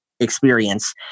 Experience